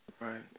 Right